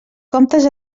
comptes